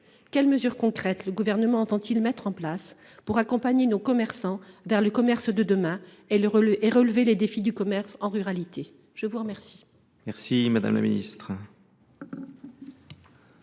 Quelles mesures concrètes le Gouvernement entend il déployer pour accompagner nos commerçants vers le commerce de demain et relever les défis posés au commerce en ruralité ? La parole